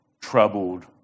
troubled